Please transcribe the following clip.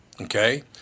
Okay